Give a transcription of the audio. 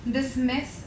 Dismiss